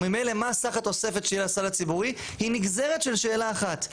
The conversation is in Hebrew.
וממילא מה סך התוספת שיהיה לסל הציבורי היא נגזרת של שאלה אחת,